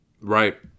Right